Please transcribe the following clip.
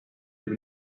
with